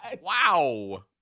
wow